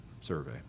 survey